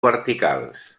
verticals